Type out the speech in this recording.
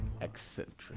eccentric